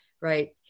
right